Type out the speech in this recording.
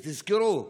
תזכרו,